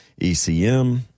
ECM